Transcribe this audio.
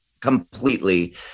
completely